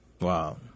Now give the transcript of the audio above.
Wow